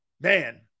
Man